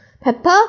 Pepper